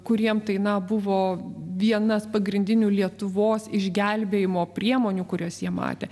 kuriem tai na buvo vienas pagrindinių lietuvos išgelbėjimo priemonių kurias jie matė